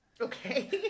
Okay